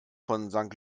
von